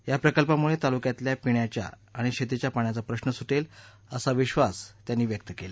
या प्रकल्पामुळे तालुक्यातल्या पिण्याच्या आणि शेतीच्या पाण्याचा प्रश्न सुटेल असा विश्वास त्यांनी व्यक्त केला